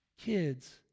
Kids